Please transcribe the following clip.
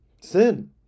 Sin